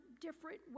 different